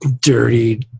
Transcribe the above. Dirty